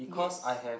yes